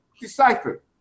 decipher